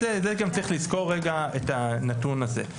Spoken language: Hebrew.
צריך לזכור רגע את הנתון הזה.